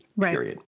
period